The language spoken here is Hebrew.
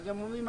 ואז הם אומרים,